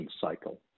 cycle